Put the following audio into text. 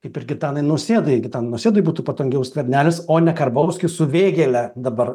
kaip ir gitanui nausėdai gitanui nausėdai būtų patogiau skvernelis o ne karbauskį su vėgėle dabar